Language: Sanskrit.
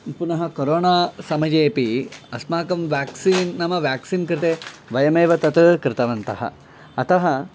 पुनः कोरोना समयेऽपि अस्माकं व्याक्सीन् नाम व्याक्सीन् कृते वयमेव तत् कृतवन्तः अतः